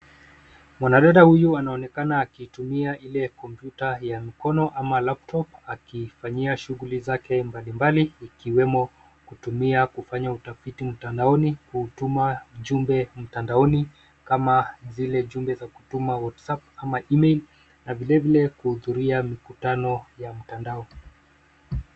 Mwanadada huyu anaoneka akiitumia Ile kompyuta ya mkono ama laptop akifanyia shughli zake mbalimbali , ikiwemo kutumia kufanya utafiti mtandaoni , kutuma jumbe mtandaoni kama zile jumbe za kutuma WhatsApp ama email , na vile vile kuhidhuria mikutano ya mtandao .